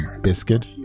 Biscuit